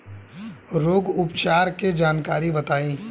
रोग उपचार के जानकारी बताई?